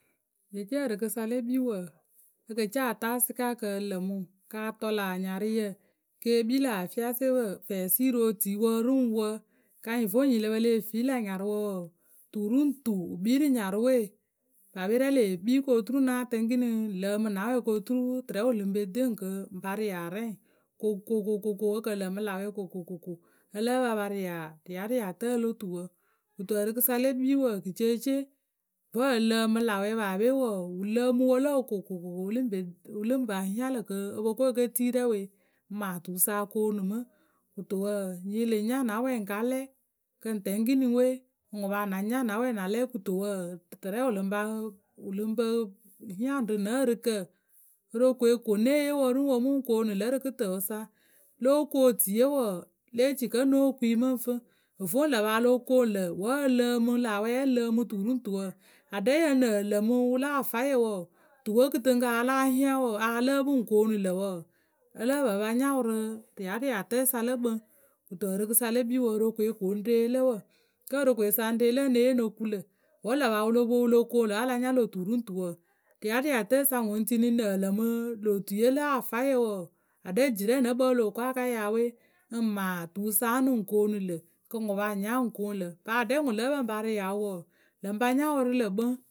Jeece ǝrɨkǝ sa le kpii wǝǝ, e ke ce a taa sɩka kɨ ǝ lǝ mɨ ŋwǝ ka tɔ lä anyarɨyǝ ke kpii lä fiasepǝ fɛɛsiiri otui wǝ rǝ ŋ wǝ ka nyɩŋ vo nyi lǝ pǝ leh fii lâ nyarʊwǝ wǝǝ tu ru ŋ tu wǝ kpii rǝ nyarʊwe paape rɛ lee kpi kɨ oturu ŋ náa tɛŋ ǝkǝnǝŋ ŋ lǝǝmǝ na wɛ ko turu tɨrɛ wǝ lǝŋ pe de ŋwǝ kɨ ŋ pa ria rɛ kokokoko ǝ kǝ lǝmǝ lâ wɛ kokokoko ǝ lǝ́ǝ cpǝ a pa ria riariatǝyǝ lo tuwǝ. Kǝto ǝrɨkɨsa le kpii wǝǝ kɨceece vǝ́ ǝ lǝǝmǝ lâ wɛ paape wǝǝ wǝ lǝǝmǝ wǝ lǝ wǝ kokokoko wǝ lǝŋ pa hiaŋ lǝ̈ kɨ o po ko e ke tii rɛ we maa tuwǝ sa o koonu mǝ. Kɨto wǝǝnyi lǝŋ nya na wɛ ŋ ka lɛ kɨ ŋ tɛŋ ŋ kiniwe ŋwǝ paa ŋ na nya na wɛ na lɛ kɨto wǝǝ tɨrɛ wǝ lǝŋ pa hiaŋ rǝ nǝ ǝrɨkǝ. Worokoe ko ŋ née yee wǝ rǝ ŋ wǝ mǝ koonu lǝ rǝ kɨtǝǝwǝ sa. Lóo kuŋ otuiye wǝǝ lée ci kǝ́ ŋ nóo kuŋ yǝ mǝ ŋ fǝ Ovoŋ ŋlǝ̈ paa lo koonu lǝ̈ wǝ́ ǝ lǝǝmǝ lâ wɛ wǝ́ ǝ lǝǝmǝ tu ru ŋ tu wǝ, aɖɛ yǝ ŋ nǝǝ lǝmǝ wǝ la afayǝ wǝ tuwe kɨtɨŋkǝ a ya hiaŋ wǝǝ a lǝ́ǝ pɨ ŋ koonu lǝ̂ wǝǝ ǝ lǝh pǝ pa nya wǝ rǝ riariatǝyǝ sa lǝ kpǝŋ. Kɨto ǝrɨkɨsa le kpii worokoe ko ŋ re lǝ wǝ. Kǝ́ worokoesa ŋ re lǝ ŋ ne yee ŋ no ku lǝ̂ wǝ́ ŋlǝ̈ paa wǝ lo poŋ wǝ lo koonu lǝ̈ wǝ́ a la nya lö tu ru ŋ tu wǝǝ, riariatǝyǝ sa ŋwǝ ŋ tini ŋ nǝǝ lǝmɨ lô otuiye la afayǝ wǝǝ, aɖɛ jirɛ nǝ kpǝŋ wǝ́ o loh ko a ka yaa we ŋ maa tuwǝ sa ǝnɨ ŋ koonu lǝ̂ kɨ ŋwǝ paa ŋ nya wǝ ŋ koonu lǝ̂ paa aɖɛ ŋwǝ lǝ́ǝ pǝ ŋ pa ria wǝ wǝǝ lǝŋ pa nya wǝ rǝ lǝ̈ kpǝŋ.